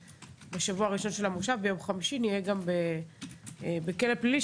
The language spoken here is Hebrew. בשבוע הראשון של המושב ביום חמישי נהיה גם בכלא פלילי.